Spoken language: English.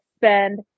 spend